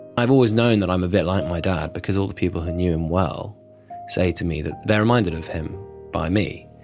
i've always known that i'm a bit like my dad because all the people who knew him well say to me that they are reminded of him by me,